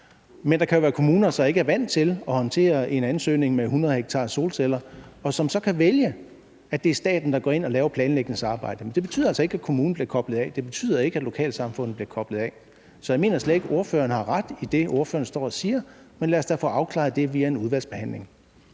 Men der kan jo være kommuner, som ikke er vant til at håndtere en ansøgning om 100 ha solceller, og som så kan vælge, at det er staten, der går ind og laver planlægningsarbejdet. Men det betyder altså ikke, at kommunen bliver koblet af; det betyder ikke, at lokalsamfundet bliver koblet af. Så jeg mener slet ikke, at ordføreren har ret i det, ordføreren står og siger. Men lad os da få afklaret det via en udvalgsbehandling.